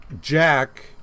Jack